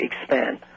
expand